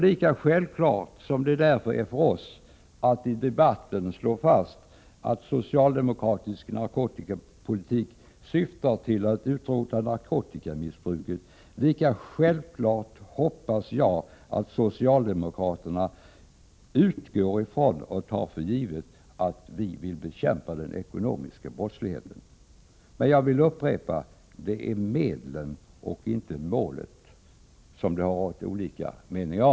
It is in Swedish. Lika självklart som det därför är för oss att i debatten slå fast att socialdemokratisk narkotikapolitik syftar till att utrota narkotikamissbruket, lika självklart hoppas jag det är för socialdemokraterna att utgå från och ta för givet att vi vill bekämpa den ekonomiska brottsligheten. Jag vill upprepa att det är medlen och inte målet som det har rått olika meningar om.